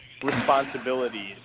responsibilities